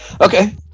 Okay